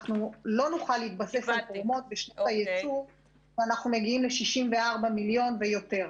אנחנו לא נוכל להתבסס על תרומות --- אנחנו מגיעים ל-64 מיליון ויותר.